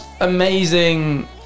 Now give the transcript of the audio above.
amazing